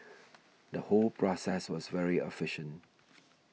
the whole process was very efficient